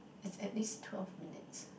is at least twelve minutes